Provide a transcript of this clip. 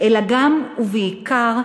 אלא גם, ובעיקר,